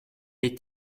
les